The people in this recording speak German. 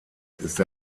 ist